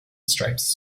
stripes